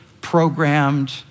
programmed